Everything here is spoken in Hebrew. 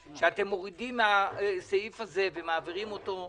שאתם מורידים מהסעיף הזה ומעבירים אותו,